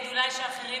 כדי שאולי אחרים,